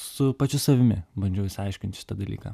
su pačiu savimi bandžiau išsiaiškint šitą dalyką